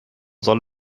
soll